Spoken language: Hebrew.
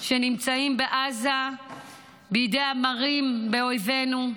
שנמצאים בעזה בידי המרים באויבינו,